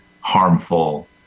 harmful